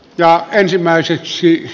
ja ensimmäiseksi